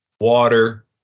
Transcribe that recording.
water